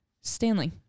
Stanley